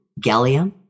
gallium